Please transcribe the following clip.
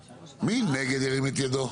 מי בעד ההסתייגות שירים את ידו.